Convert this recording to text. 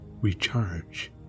recharge